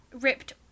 ripped